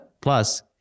plus